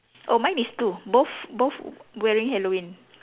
oh mine is two both both wearing Halloween